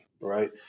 right